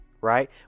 right